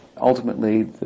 Ultimately